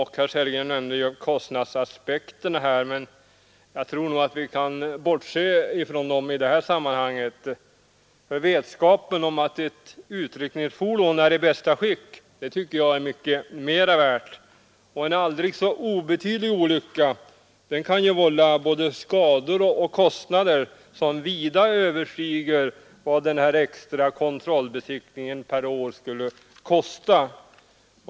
Herr Sellgren nämnde kostnadsaspekten, men jag tror att vi kan bortse från den i det här sammanhanget, för vetskapen om att ett utryckningsfordon är i bästa skick tycker jag är mycket mera värd än besiktningskostnaden. En aldrig så obetydlig olycka kan ju vålla skador och kostnader som vida överstiger vad den extra kontrollbesiktningen per år skulle kosta.